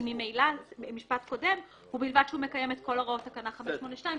כי ממילא במשפט קודם ובלבד שהוא מקיים את כל הוראות תקנות 582,